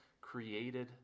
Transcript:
created